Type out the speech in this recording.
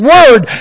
Word